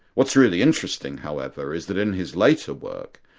what's really interesting however is that in his later work,